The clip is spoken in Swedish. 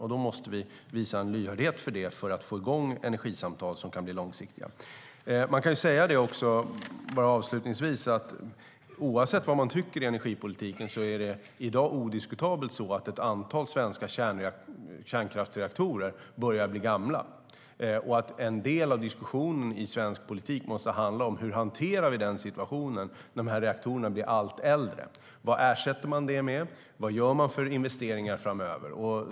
Därför måste vi visa en lyhördhet för detta för att få igång energisamtal som kan bli långsiktiga. Avslutningsvis: Oavsett vad man tycker i energipolitiken är det i dag odiskutabelt så att ett antal svenska kärnkraftsreaktorer börjar bli gamla. En del av diskussionen i svensk politik måste handla om hur vi hanterar situationen när reaktorerna blir allt äldre. Vad ersätter man detta med, och vad gör man för investeringar framöver?